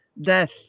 death